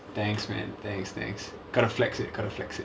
thanks man thanks thanks got to flex it got to flex it ya so